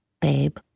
babe